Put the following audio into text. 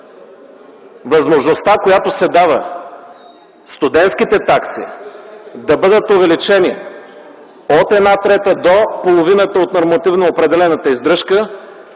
Възможността, която се дава, студентските такси да бъдат увеличени от една трета до половината от нормативно определената издръжка